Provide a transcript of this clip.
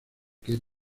que